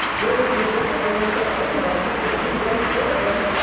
when we presented them with their own budget that we wrote for them,